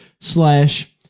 slash